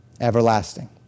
Everlasting